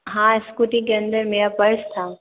हाँ स्कूटी के अन्दर मेरा पर्स था